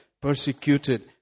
persecuted